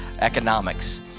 economics